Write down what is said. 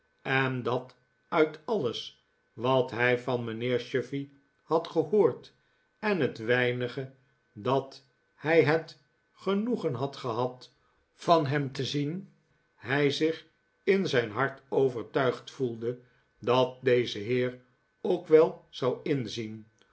en dat uit alles wat hij van mijnheer chuffey had gehoord en het weinige dat hij het genoegen had gehad van hem te zien hij zich in zijn hart overtuigd voelde dat deze heer ook wel zou inzien